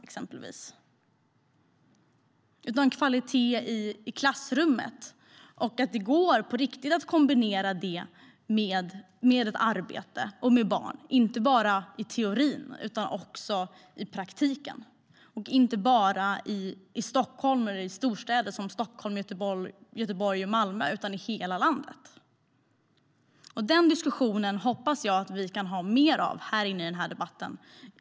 Det handlar om kvalitet i klassrummet och om att det på riktigt ska gå att kombinera studier med ett arbete och med barn - inte bara i teorin utan också i praktiken, och inte bara i storstäder som Stockholm, Göteborg och Malmö utan i hela landet. Den diskussionen hoppas jag att vi kan ha mer av i dag.